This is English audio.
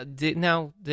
now